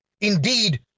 Indeed